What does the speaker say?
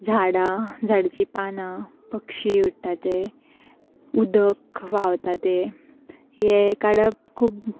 झाडां झाडाचीं पानां पक्षी उडटा ते उदक व्हांवता तें हें काडप खूब